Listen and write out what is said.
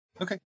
Okay